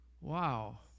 Wow